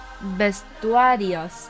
Vestuarios